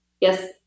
Yes